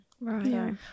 right